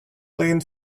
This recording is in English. leaned